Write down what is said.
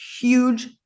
huge